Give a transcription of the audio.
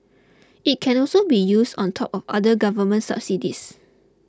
it can also be used on top of other government subsidies